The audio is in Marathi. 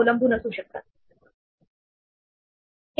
तेव्हा सुरुवातीला आपण हा मार्क केलेला एरे 0 ला सेट करणार आहोत